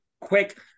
quick